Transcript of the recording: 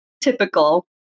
typical